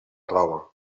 roba